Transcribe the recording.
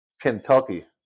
Kentucky